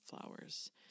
flowers